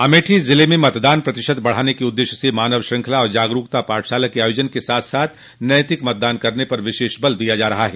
अमेठी ज़िले में मतदान प्रतिशत बढ़ाने के उददेश्य से मानव श्रृंखला और जागरूकता पाठशाला के आयोजन के साथ साथ नैतिक मतदान करने पर विशेष बल दिया जा रहा है